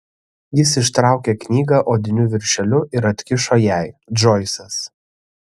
jis ištraukė knygą odiniu viršeliu ir atkišo jai džoisas